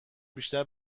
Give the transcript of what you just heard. بیشتر